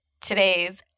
today's